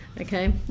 okay